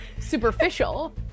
superficial